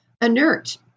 inert